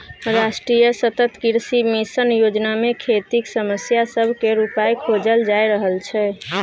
राष्ट्रीय सतत कृषि मिशन योजना मे खेतीक समस्या सब केर उपाइ खोजल जा रहल छै